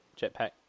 Jetpack